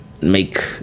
make